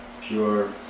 pure